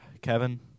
Kevin